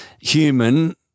human